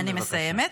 אני מסיימת.